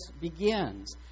begins